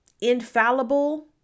infallible